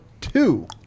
two